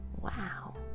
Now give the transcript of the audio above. Wow